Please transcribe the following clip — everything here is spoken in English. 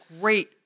great